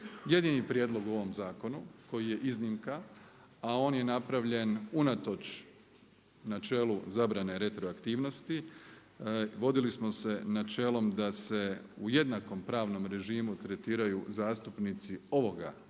Jedini prijedlog u ovom zakonu koji je iznimka, a on je napravljen unatoč načelu zabrane retroaktivnosti. Vodili smo se načelom da se u jednakom pravnom režimu tretiraju zastupnici ovoga saziva